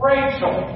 Rachel